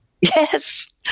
yes